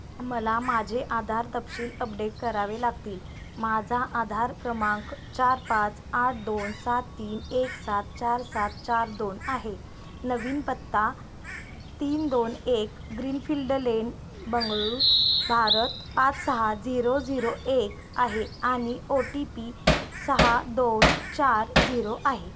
मला माझे आधार तपशील अपडेट करावे लागतील माझा आधार क्रमांक चार पाच आठ दोन सात तीन एक सात चार सात चार दोन आहे नवीन पत्ता तीन दोन एक ग्रीनफील्ड लेन बंगळुरू भारत पाच सहा झिरो झिरो एक आहे आणि ओ टी पी सहा दोन चार झिरो आहे